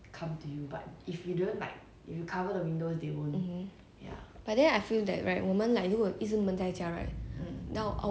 but then I feel that right 我们 like 如果一直闷在家 right now our moment the food 全部会 run out right then like also very hard then we also cannot go out you know